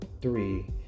three